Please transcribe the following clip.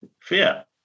fear